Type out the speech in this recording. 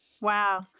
Wow